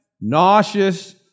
nauseous